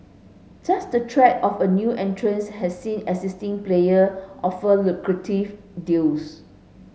just the threat of a new entrants has seen existing player offer lucrative deals